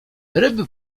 ryby